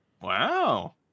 wow